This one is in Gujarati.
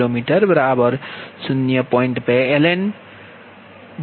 2ln Dn3D3 mHKm છે